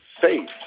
safe